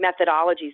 methodologies